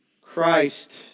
Christ